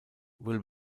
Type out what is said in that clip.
will